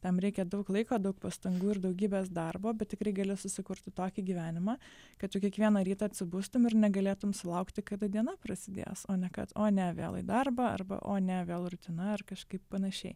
tam reikia daug laiko daug pastangų ir daugybės darbo bet tikrai gali susikurti tokį gyvenimą kad tu kiekvieną rytą atsibustum ir negalėtum sulaukti kada diena prasidės o ne kad o ne vėl į darbą arba o ne vėl rutina ar kažkaip panašiai